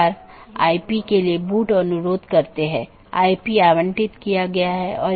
अगला राउटर 3 फिर AS3 AS2 AS1 और फिर आपके पास राउटर R1 है